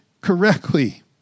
correctly